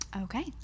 Okay